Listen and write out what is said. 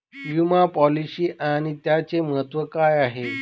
विमा पॉलिसी आणि त्याचे महत्व काय आहे?